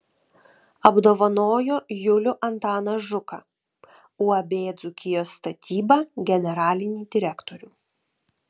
apdovanojo julių antaną žuką uab dzūkijos statyba generalinį direktorių